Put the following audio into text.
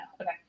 Okay